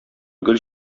гөл